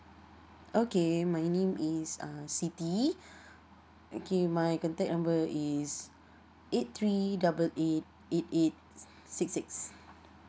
okay my name is uh siti okay my contact number is eight three double eight eight eight six six